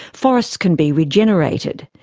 forests can be regenerated.